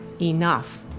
enough